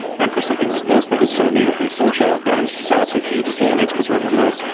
and for something like this that is so natively social, that is such a huge advantage because remember,